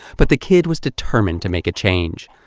but the kid was determined to make a change.